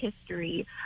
history